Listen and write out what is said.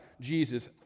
Jesus